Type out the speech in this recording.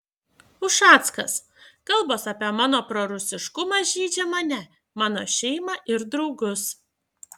ušackas kalbos apie mano prorusiškumą žeidžia mane mano šeimą ir draugus